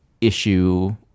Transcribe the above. issue